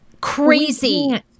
Crazy